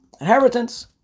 Inheritance